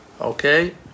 okay